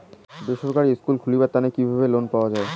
বেসরকারি স্কুল খুলিবার তানে কিভাবে লোন পাওয়া যায়?